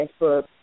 Facebook